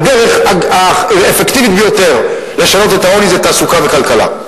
הדרך האפקטיבית ביותר לשנות את העוני היא תעסוקה וכלכלה.